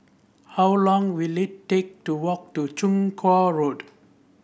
how long will it take to walk to Chong Kuo Road